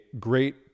great